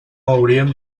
hauríem